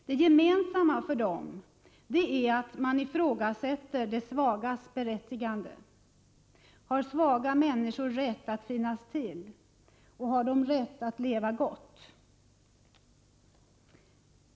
Det gemensamma för dem är att man ifrågasätter de svagas berättigande: Har svaga människor rätt att finnas till? Och har de rätt att leva gott?